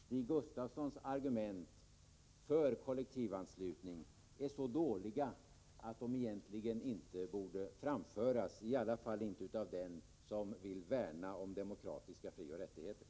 Stig Gustafssons argument för kollektivanslutning är så dåliga att de egentligen inte borde framföras — åtminstone inte av den som vill värna om demokratiska frioch rättigheter.